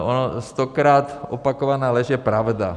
Ono stokrát opakovaná lež je pravda.